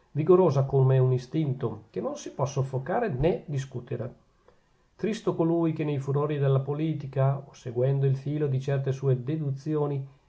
vigorosa come un istinto che non si può soffocare nè discutere tristo colui che nei furori della politica o seguendo il filo di certe sue deduzioni